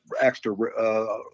extra